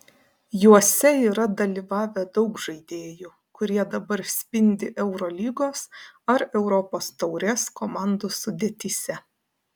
juose yra dalyvavę daug žaidėjų kurie dabar spindi eurolygos ar europos taurės komandų sudėtyse